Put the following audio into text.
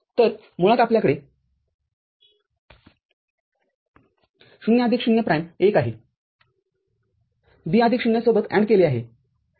तर मुळात आपल्याकडे ० आदिक ० प्राइम १ आहे B आदिक ० सोबत AND केले आहे